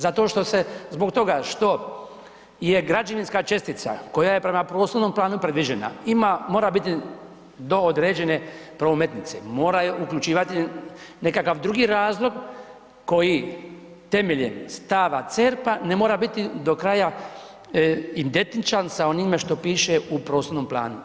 Zato što se zbog toga što je građevinska čestica koja je prema prostornom planu predviđa, ima, mora biti do određene prometnice, mora uključivati nekakav drugi razlog koji temeljem stava CERP-a ne mora biti do kraja identičan sa onime što piše u prostornom planu.